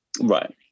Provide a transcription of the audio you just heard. Right